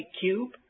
cube